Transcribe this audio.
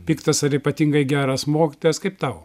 piktas ar ypatingai geras mokytojas kaip tau